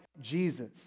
Jesus